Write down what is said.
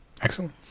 Excellent